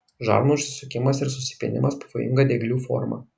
žarnų užsisukimas ir susipynimas pavojinga dieglių forma